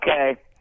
Okay